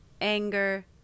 anger